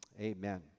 amen